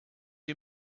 you